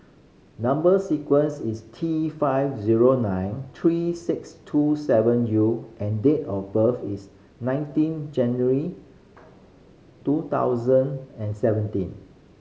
number sequence is T five zero nine three six two seven U and date of birth is nineteen January two thousand and seventeen